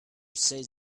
says